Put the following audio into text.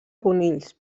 conills